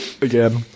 again